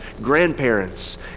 grandparents